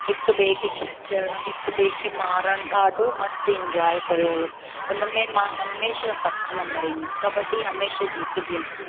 हिक ॿिए खे खिचणु हिक ॿिए खे मारणु ॾाढो मस्तु इन्जॉय कयो हुओ हुन में मां हमेशह फस्ट नंबर ईंदी हुयमि कॿडी हमेशह जीतंदी हुयमि